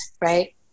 right